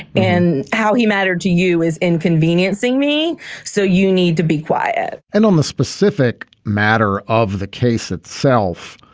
and how he mattered to you is inconveniencing me so you need to be quiet and on the specific matter of the case itself.